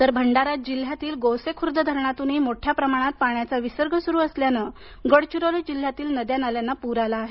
तर भंडारा जिल्ह्यातील गोसेखूर्द धरणातूनही मोठ्या प्रमाणात पाण्याचा विसर्ग सुरू असल्यानं गडचिरोली जिल्ह्यातील नद्या नाल्यांना पूर आला आहे